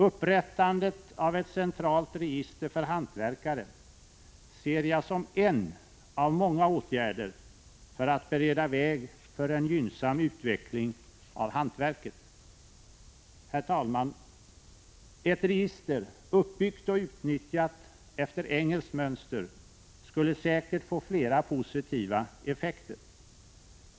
Upprättandet av ett centralt register för hantverkare ser jag som en av många åtgärder för att bereda väg för en gynnsam utveckling av hantverket. Herr talman! Ett register, uppbyggt och utnyttjat efter engelskt mönster, skulle säkert få flera positiva effekter.